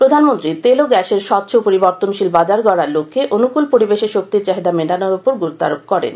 প্রধানমন্ত্রী তেল ও গ্যাসের স্বচ্ছ ও পরিবর্তনশীল বাজার গডার লক্ষ্যে অনুকল পরিবেশে শক্তির চাহিদা মেটানোর উপর গুরুত্ব আরোপ করেন